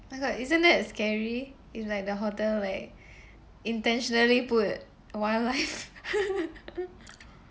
my god isn't that scary it's like the hotel like intentionally put a wildlife